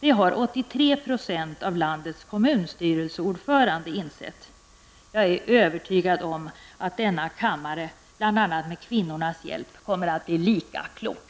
Det har 83 % av landets kommunstyrelseordförande insett. Jag är övertygad om att denna kammare, bl.a. med kvinnornas hjälp, kommer att bli lika klok.